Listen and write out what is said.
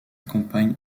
compagne